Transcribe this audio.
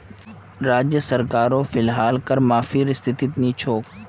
राज्य सरकारो फिलहाल कर माफीर स्थितित नी छोक